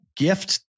Gift